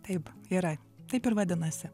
taip yra taip ir vadinasi